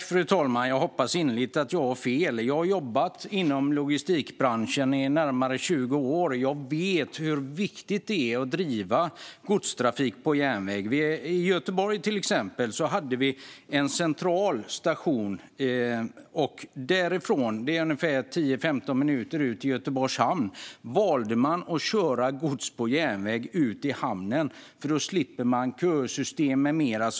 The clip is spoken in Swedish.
Fru talman! Jag hoppas innerligt att jag har fel. Jag har jobbat i logistikbranschen i närmare 20 år och vet hur viktigt det är att driva godstrafik på järnväg. I Göteborg hade vi till exempel en central station. Därifrån är det ungefär 10-15 minuter ut till Göteborgs hamn. Där valde man att köra gods på järnväg ut i hamnen för att slippa kösystem med mera.